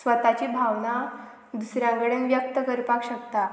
स्वताची भावना दुसऱ्यां कडेन व्यक्त करपाक शकता